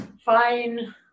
Fine